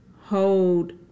hold